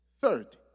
third